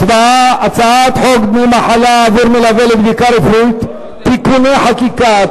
הצעת חוק דמי מחלה עבור מלווה לבדיקה רפואית (תיקוני חקיקה),